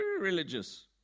religious